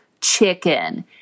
chicken